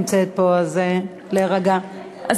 ועוד אתה עם הגב אלי.